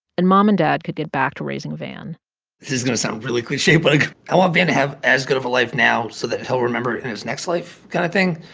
and mom and dad could get back to raising van this is going to sound really cliche. but, like, i want van to have as good of a life now so that he'll remember it in his next life kind of thing.